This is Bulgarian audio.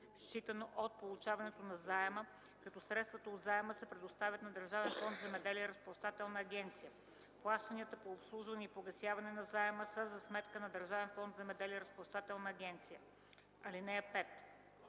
считано от получаването на заема, като средствата от заема се предоставят на Държавен фонд „Земеделие” – Разплащателна агенция. Плащанията по обслужване и погасяване на заема са за сметка на Държавен фонд „Земеделие” – Разплащателна агенция. (5)